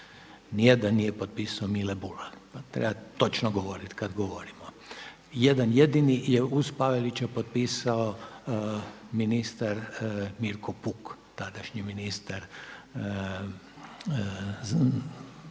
Ni jedan nije potpisao Mile Budak. Treba točno govoriti kada govorimo. Jedan jedini je uz Pavelića potpisao ministar Mirko Puk, tadašnji ministar pravosuđa